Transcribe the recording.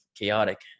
chaotic